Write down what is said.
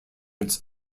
its